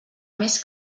més